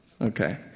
Okay